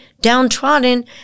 downtrodden